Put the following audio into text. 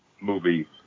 movie